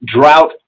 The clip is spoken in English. Drought